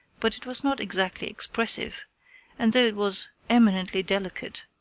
but it was not exactly expressive and though it was eminently delicate,